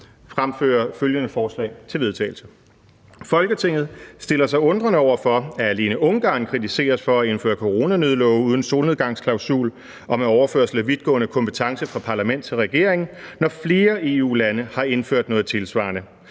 fremsætte følgende: Forslag til vedtagelse »Folketinget stiller sig undrende over for, at alene Ungarn kritiseres for at indføre coronanødlove uden solnedgangsklausul og med overførsel af vidtgående kompetence fra parlament til regering, når flere EU-lande har indført noget tilsvarende.